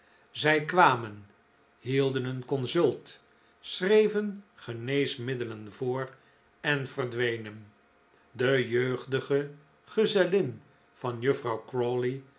zij kwamen hidden een consult schreven geneesmiddelen voor en verdwenen de jeugdige gezellin van juffrouw